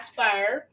fire